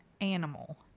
animal